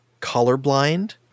colorblind